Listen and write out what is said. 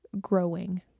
growing